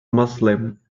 muslim